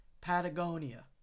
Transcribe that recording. Patagonia